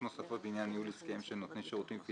אני מסכים אתו.